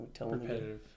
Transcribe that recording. Repetitive